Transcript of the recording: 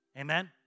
Amen